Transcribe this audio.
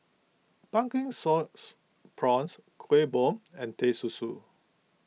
Pumpkin Sauce Prawns Kuih Bom and Teh Susu